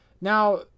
Now